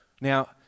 Now